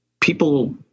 people